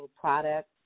product